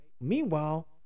Meanwhile